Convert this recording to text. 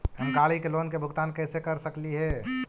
हम गाड़ी के लोन के भुगतान कैसे कर सकली हे?